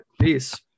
Peace